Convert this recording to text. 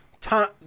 time